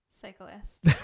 Cyclist